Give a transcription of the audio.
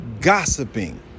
gossiping